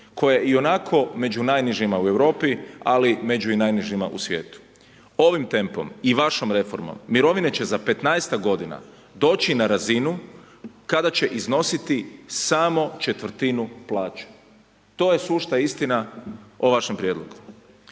koja je ionako među najnižima u Europi ali i među najnižima u svijetu. Ovim tempom i vašom reformom, mirovine će za 15-ak godina doći na razinu kada će iznositi samo 1/4 plaće. to je sušta istina o vašem prijedlogu.